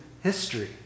history